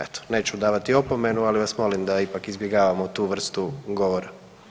Eto, neću davati opomenu, ali vas molim da ipak izbjegavamo tu vrstu govora.